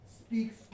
speaks